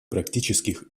практических